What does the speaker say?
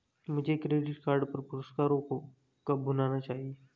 मुझे credit card पर पुरस्कारों को कब भुनाना चाहिए?